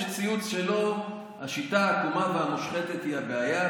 יש ציוץ שלו: "השיטה העקומה והמושחתת היא הבעיה.